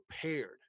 prepared